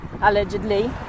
allegedly